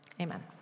Amen